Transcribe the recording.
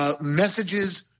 messages